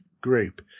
group